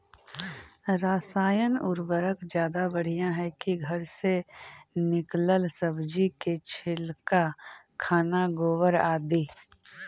रासायन उर्वरक ज्यादा बढ़िया हैं कि घर से निकलल सब्जी के छिलका, खाना, गोबर, आदि?